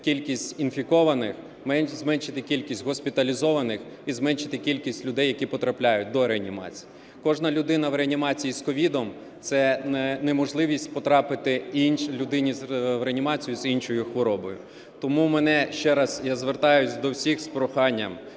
кількість інфікованих, зменшити кількість госпіталізованих і зменшити кількість людей, які потрапляють до реанімації. Кожна людина в реанімації з COVID – це неможливість потрапити людині в реанімацію з іншою хворобою. Тому ще раз я звертаюсь до всіх з проханням